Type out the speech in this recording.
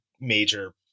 major